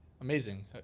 amazing